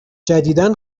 جدیدا